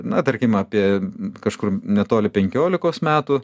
na tarkim apie kažkur netoli penkiolikos metų